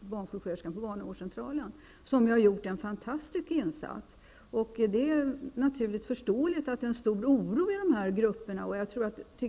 barnsjuksköterskan på barnavårdscentralen. De har gjort en fantastisk insats. Det är förståeligt att det finns en stor oro inom dessa grupper.